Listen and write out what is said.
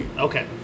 Okay